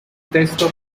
texto